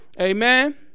Amen